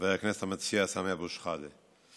חבר הכנסת המציע סמי אבו שחאדה,